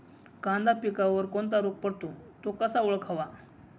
कांदा पिकावर कोणता रोग पडतो? तो कसा ओळखावा?